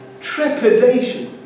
Trepidation